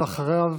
אחריו,